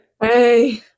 Hey